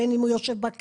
בין אם הוא יושב בכלא,